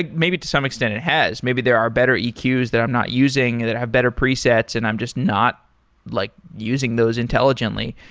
like maybe to some extent it has. maybe there are better eqs that i'm not using that have better presets and i'm just not like using those intelligently.